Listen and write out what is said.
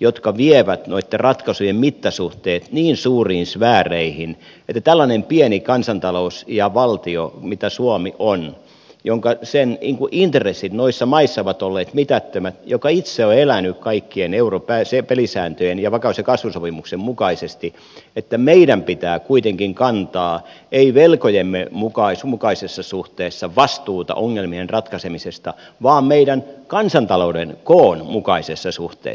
jotka vievät noitten ratkaisujen mittasuhteet niin suuriin sfääreihin että tällaisen pienen kansantalouden ja valtion joka suomi on jonka intressit noissa maissa ovat olleet mitättömät joka itse on elänyt kaikkien pelisääntöjen ja vakaus ja kasvusopimuksen mukaisesti pitää kuitenkin kantaa ei velkojemme mukaisessa suhteessa vastuuta ongelmien ratkaisemisesta vaan meidän kansantalouden koon mukaisessa suhteessa